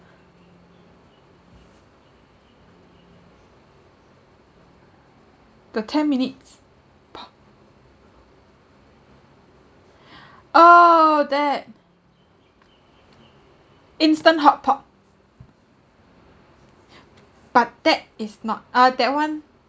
the ten minutes pot oh that instant hotpot but that is not uh that one